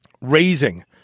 raising